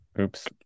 Oops